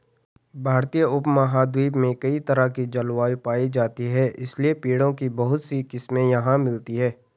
भारतीय उपमहाद्वीप में कई तरह की जलवायु पायी जाती है इसलिए पेड़ों की बहुत सी किस्मे यहाँ मिलती हैं